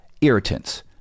irritants